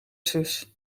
zus